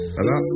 Hello